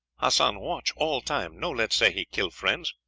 hassan watch all time no let sehi kill friends.